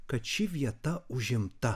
kad ši vieta užimta